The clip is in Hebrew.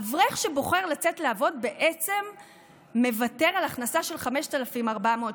אברך שבוחר לצאת לעבוד מוותר על הכנסה של 5,400 שקלים.